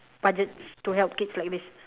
budgets to help kids like this